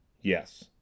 Yes